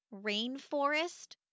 rainforest